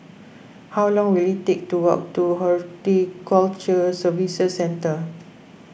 how long will it take to walk to Horticulture Services Centre